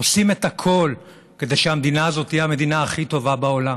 עושים את הכול כדי שהמדינה הזאת תהיה המדינה הכי טובה בעולם.